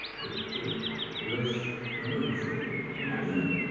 but that's another thing. now again,